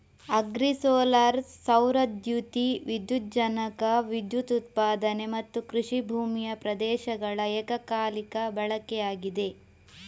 agri solar ಸೌರ ದ್ಯುತಿ ವಿದ್ಯುಜ್ಜನಕ ವಿದ್ಯುತ್ ಉತ್ಪಾದನೆ ಮತ್ತುಕೃಷಿ ಭೂಮಿಯ ಪ್ರದೇಶಗಳ ಏಕಕಾಲಿಕ ಬಳಕೆಯಾಗಿದೆ